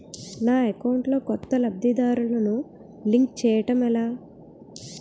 నా అకౌంట్ లో కొత్త లబ్ధిదారులను లింక్ చేయటం ఎలా?